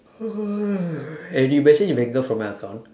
eh did you message vanga for my account